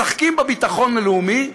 משחקים בביטחון הלאומי,